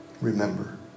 Remember